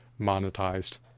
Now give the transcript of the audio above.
monetized